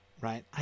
Right